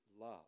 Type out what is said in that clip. love